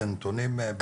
אלו נתונים בדוקים?